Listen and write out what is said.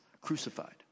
crucified